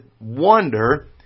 wonder